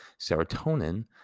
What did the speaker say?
Serotonin